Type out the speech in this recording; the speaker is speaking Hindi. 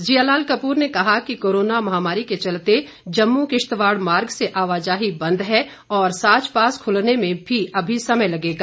जियालाल कपूर ने कहा कि कोरोना महामारी के चलते जम्मू किश्तवाड़ मार्ग से आवाजाही बंद है और साच पास खुलने में भी अभी समय लगेगा